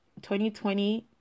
2020